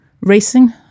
racing